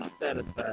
satisfied